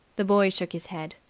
the boy shook his head.